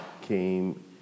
came